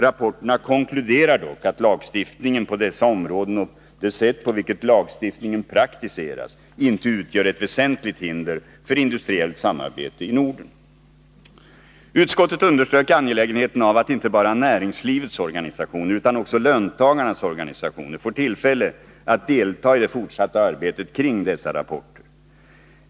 Rapporterna konkluderar dock att lagstiftningen på dessa områden och det sätt på vilket lagstiftningen praktiseras inte utgör ett väsentligt hinder för industriellt samarbete i Norden. Utskottet underströk angelägenheten av att inte bara näringslivets organisationer utan också löntagarnas organisationer får tillfälle att delta i det fortsatta arbetet kring dessa rapporter.